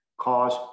Cause